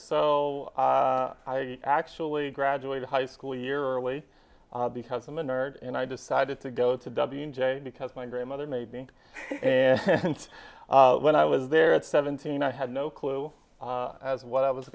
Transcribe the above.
so i actually graduated high school year early because i'm a nerd and i decided to go to w j because my grandmother maybe and when i was there at seventeen i had no clue as what i was